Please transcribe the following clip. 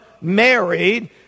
married